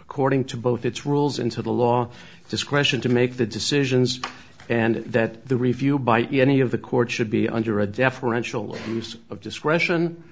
according to both its rules into the law discretion to make the decisions and that the review by any of the court should be under a deferential use of discretion